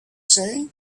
say